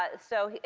ah so.